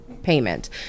payment